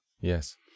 Yes